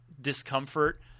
discomfort